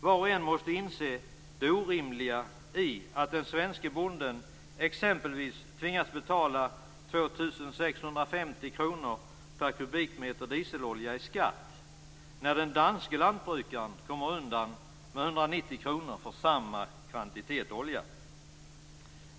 Var och en måste inse det orimliga i att den svenske bonden exempelvis tvingas betala 2 650 kr per kubikmeter dieselolja i skatt när den danske lantbrukaren kommer undan med 190 kr för samma kvantitet olja.